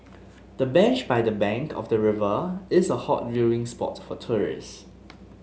the bench by the bank of the river is a hot viewing spot for tourists